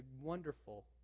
wonderful